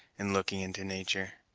in looking into natur'!